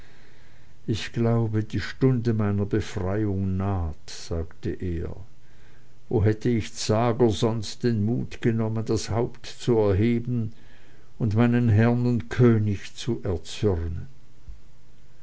ich glaube die stunde meiner befreiung nahet sagte er wo hätte ich zager sonst den mut genommen das haupt zu erheben und meinen herrn und könig zu erzürnen